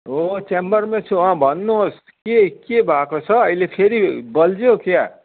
हो च्याम्बरमै छु अँ भन्नुहोस् के के भएको छ अहिले फेरि बल्झ्यो क्या